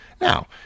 Now